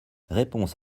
réponse